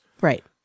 Right